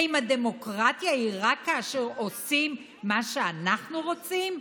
האם הדמוקרטיה היא רק כאשר עושים מה שאנחנו רוצים,